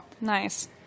Nice